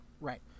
Right